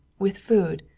with food,